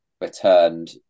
returned